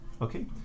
Okay